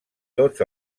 tots